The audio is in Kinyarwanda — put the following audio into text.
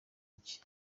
ibye